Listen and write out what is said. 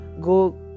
go